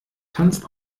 tanzt